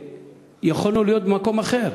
שיכולנו להיות במקום אחר